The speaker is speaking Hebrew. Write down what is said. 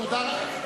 תודה.